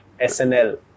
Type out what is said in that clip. SNL